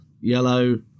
Yellow